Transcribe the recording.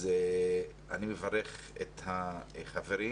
אני מברך את חברי